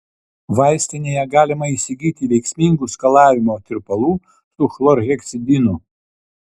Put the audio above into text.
vaistinėje galima įsigyti veiksmingų skalavimo tirpalų su chlorheksidinu